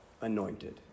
anointed